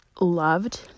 loved